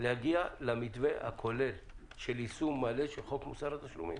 להגיע למתווה הכולל של יישום מלא של חוק מוסר התשלומים.